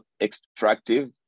extractive